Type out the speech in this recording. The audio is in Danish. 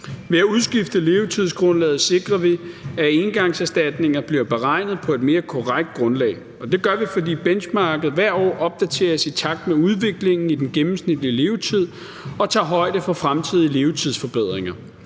Ved at udskifte levetidsgrundlaget sikrer vi, at engangserstatninger bliver beregnet på et mere korrekt grundlag, og det gør vi, fordi benchmarket hvert år opdateres i takt med udviklingen i den gennemsnitlige levetid og tager højde for fremtidige liv til forbedringer.